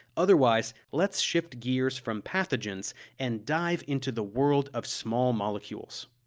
otherwise, let's shift gears from pathogens and dive into the world of small molecules.